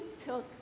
took